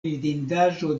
vidindaĵo